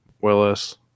Willis